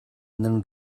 nan